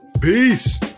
Peace